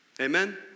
Amen